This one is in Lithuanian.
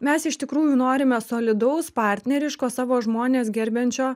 mes iš tikrųjų norime solidaus partneriško savo žmones gerbiančio